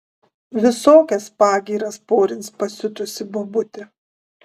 visokias pagyras porins pasiutusi bobutė